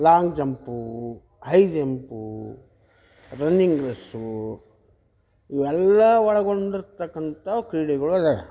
long jump high jump running race ಇವೆಲ್ಲ ಒಳಗೊಂಡಿರ್ತಕ್ಕಂಥ ಕ್ರೀಡೆಗಳು ಇದ್ದಾವೆ